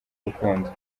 rukundo